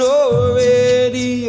already